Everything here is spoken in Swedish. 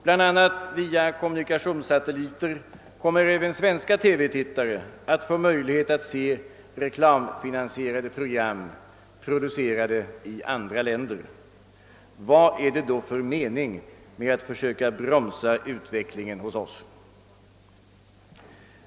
Bl.a. via kommunikationssatelliter kommer även svenska TV-tittare att få möjlighet att se reklamfinansierade program, producerade i andra länder. Vad är det då för mening med att försöka bromsa utvecklingen hos oss?